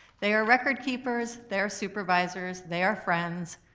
they are record keepers, they are supervisors, they are friends,